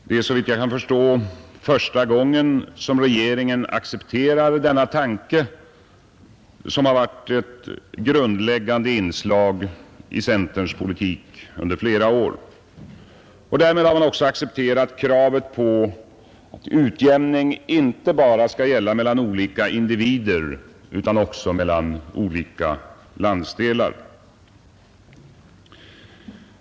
Det är såvitt jag vet första gången som regeringen accepterar denna tanke, som har varit ett grundläggande inslag i centerns politik under flera år. Därmed har man också accepterat att kravet på utjämning skall gälla inte bara mellan olika individer utan även mellan olika landsdelar.